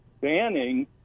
banning